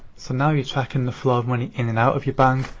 so now you're tracking the flow of money in and out of your bank,